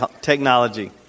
Technology